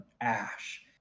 ash